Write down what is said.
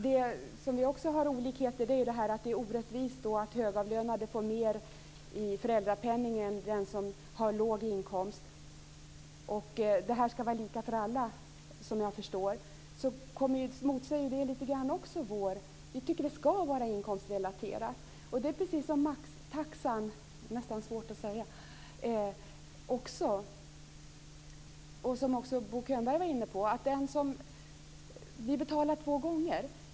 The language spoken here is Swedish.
Där vi också har olikheter är att ni anser att det är orättvist att högavlöande får mer i föräldrapenning än den som har låg inkomst. Det skall vara lika för alla, såvitt jag förstår. Det motsäger lite grann vår uppfattning. Vi tycker att det skall vara inkomstrelaterat. Det är precis som med maxtaxan, som också Bo Könberg var inne på. Vi betalar två gånger.